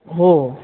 हो